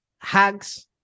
Hugs